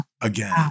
Again